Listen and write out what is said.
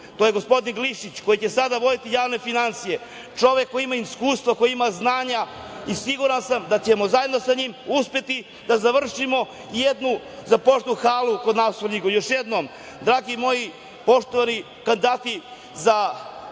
To je gospodin Glišić, koji će sada voditi javne finansije, čovek koji ima iskustvo, koji ima znanja i siguran sam da ćemo zajedno sa njim uspeti da završimo jednu započetu halu kod nas u Svrljigu. Još jednom, dragi moji poštovani kandidati za